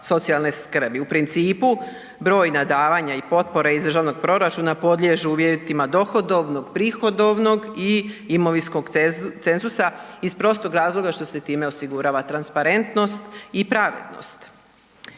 U principu brojna davanja i potpore iz državnog proračuna podliježu uvjetima dohodovnog, prihodovnog i imovinskog cenzusa iz prostog razloga što se time osigurava transparentnost i pravednost.